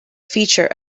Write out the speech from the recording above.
feature